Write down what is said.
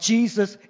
Jesus